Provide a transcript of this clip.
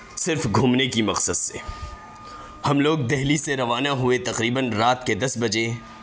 صرف گھومنے کی مقصد سے ہم لوگ دہلی سے روانہ ہوئے تقریباََ رات کے دس بجے